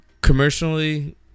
commercially